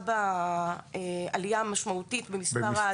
עלייה משמעותית במספר התיקים.